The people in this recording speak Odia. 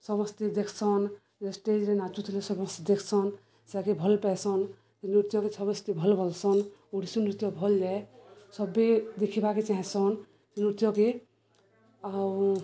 ସମସ୍ତେ ଦେଖ୍ସନ୍ ଯେ ଷ୍ଟେଜ୍ରେ ନାଚୁଥିଲେ ସମସ୍ତେ ଦେଖ୍ସନ୍ ସେଟାକେ ଭଲ୍ ପାଏସନ୍ ନୃତ୍ୟକେ ସମସ୍ତେ ଭଲ୍ ବଲ୍ସନ୍ ଓଡ଼ିଶୀ ନୃତ୍ୟ ଭଲ୍ ଏ ସବେ ଦେଖ୍ବାକେ ଚାହେଁସନ୍ ନୃତ୍ୟକେ ଆଉ